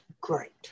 great